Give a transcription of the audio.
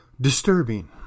Disturbing